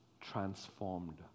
transformed